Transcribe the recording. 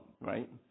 right